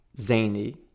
zany